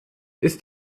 ist